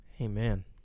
Amen